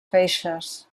feixes